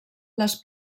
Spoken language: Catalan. les